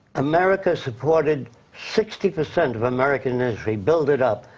america supported sixty percent of american industry, build it up.